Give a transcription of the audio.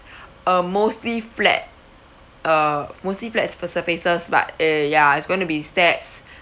uh mostly flat uh mostly flat for surfaces but uh ya it's going to be steps